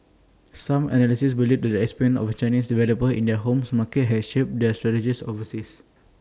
some analysts believe that the experience of Chinese developers in their homes market has shaped their strategies overseas